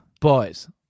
boys